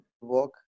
walk